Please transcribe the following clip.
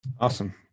Awesome